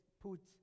put